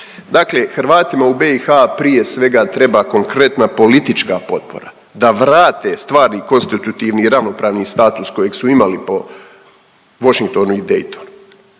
Dakle, Hrvatima u BiH prije svega treba konkretna politička potpora da vrate stvari i konstitutivni i ravnopravni status kojeg su imali po Waschingtonu i Daytonu.